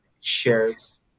shares